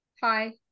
Hi